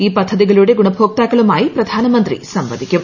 ഈ പദ്ധതികളുടെ ഗുണഭോക്താക്കളുമായി പ്രധാനമന്ത്രി സംവദിക്കും